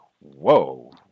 whoa